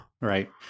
Right